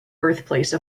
birthplace